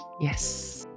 yes